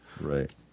Right